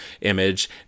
image